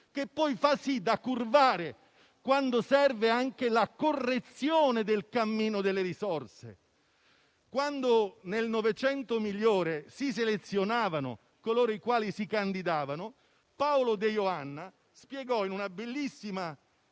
che poi fa sì da curvare, quando serve, anche la correzione del cammino delle risorse. Quando nel Novecento migliore si selezionavano coloro i quali si candidavano, Paolo De Ioanna spiegò, in una bellissima